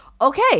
Okay